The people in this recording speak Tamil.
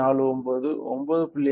49 9